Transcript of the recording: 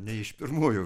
ne iš pirmųjų